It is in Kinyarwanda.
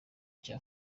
cya